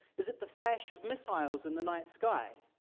is it the flash of missiles in the night sky?